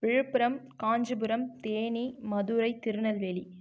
Villupuram Kanchipuram Theni Madurai Tirunelveli